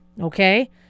Okay